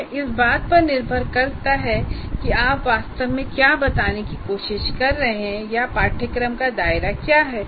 यह सब इस बात पर निर्भर करता है कि आप वास्तव में क्या बताने की कोशिश कर रहे हैं या पाठ्यक्रम का दायरा क्या है